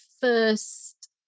first